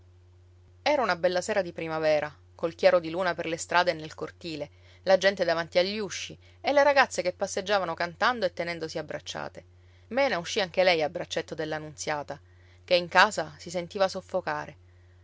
era una bella sera di primavera col chiaro di luna per le strade e nel cortile la gente davanti agli usci e le ragazze che passeggiavano cantando e tenendosi abbracciate mena uscì anche lei a braccetto della nunziata ché in casa si sentiva soffocare